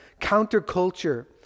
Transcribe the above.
counterculture